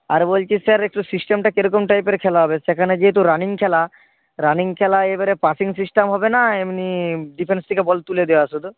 আর বলছি স্যার একটু সিস্টেমটা কীরকম টাইপের খেলা হবে সেখানে যেহেতু রানিং খেলা রানিং খেলায় এবারে পাসিং সিস্টেম হবে না এমনি ডিফেন্স থেকে বল তুলে দেওয়া শুধু